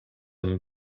amb